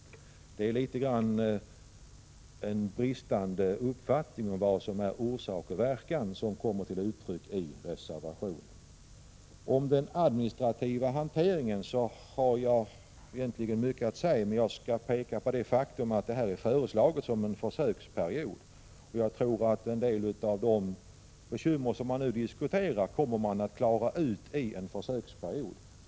Litet grand visar det på att det är bristfälliga kunskaper om vad som är orsak och verkan som kommer till uttryck i reservationen. Om den administrativa hanteringen har jag egentligen mycket att säga. Men jag nöjer mig med att peka på det faktum att man talar om en försöksperiod. Jag tror att man under en sådan försöksperiod kommer att klara ut en del av de bekymmer som nu diskuteras.